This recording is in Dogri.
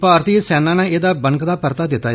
भारती सेना नै एहदा बनकदा परता दित्ता